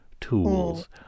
tools